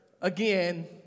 again